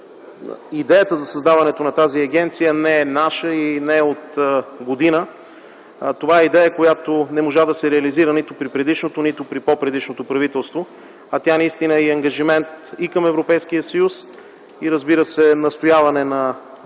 идеята за създаването на тази агенция, не е наша и не е от година. Това е идея, която не можа да се реализира нито при предишното, нито при по-предишното правителство, а тя наистина е и ангажимент и към Европейския съюз, и, разбира се, настояване на